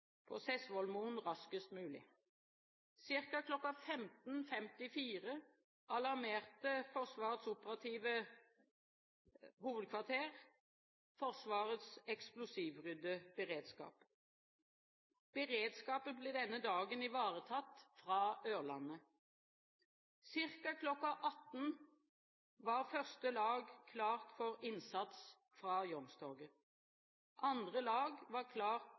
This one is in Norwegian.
Sessvollmoen raskest mulig. Cirka kl. 15.54 alarmerte Forsvarets operative hovedkvarter Forsvarets eksplosivryddeberedskap. Beredskapen ble denne dagen ivaretatt fra Ørland. Cirka kl. 18.00 var det første laget klart for innsats fra Youngstorget. Andre lag var